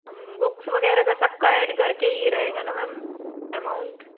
हम बुक्स वगैरह का सबका एड करके ही रहेगा न मैम एमाउन्ट